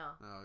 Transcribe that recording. No